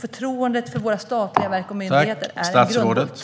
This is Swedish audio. Förtroendet för våra statliga verk och myndigheter är en grundbult.